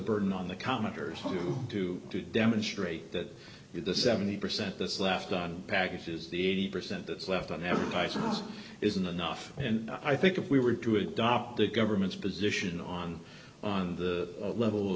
burden on the commenters to to demonstrate that the seventy percent that's left on packets is the eighty percent that's left on every tysons isn't enough and i think if we were to adopt the government's position on on the level of